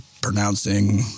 pronouncing